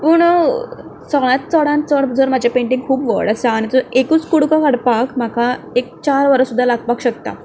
पूण सगल्यांत चडांत चड जर म्हजें पेण्टींग खूब व्हड आसा एकूच कुडको काडपाक म्हाका एक चार वरां सुद्दां लागपाक शकतात